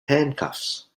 handcuffs